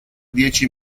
dieci